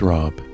Rob